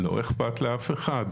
לא איכפת לאף אחד.